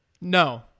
No